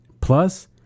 Plus